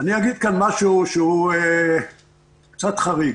אגיד כאן משהו שהוא קצת חריג.